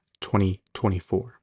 2024